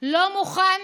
לא מוכן